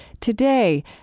Today